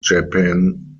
japan